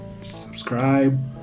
subscribe